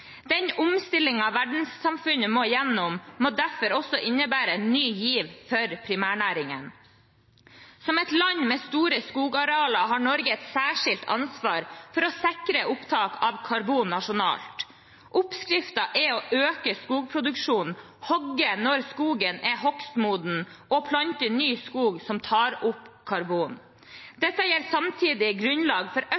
Den omstillingen som verdenssamfunnet må gjennom, må derfor også innebære en ny giv for primærnæringene. Som et land med store skogarealer har Norge et særskilt ansvar for å sikre opptak av karbon nasjonalt. Oppskriften er å øke skogproduksjonen, hogge når skogen er hogstmoden, og plante ny skog som tar opp karbon.